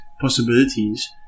possibilities